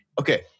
Okay